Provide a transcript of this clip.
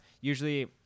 usually